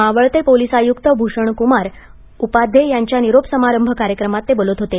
मावळते पोलीस आयुक्त भुषण कुमार उपाध्ये यांच्या निरोप समारंभ कार्यक्रमांत ते बोलत होते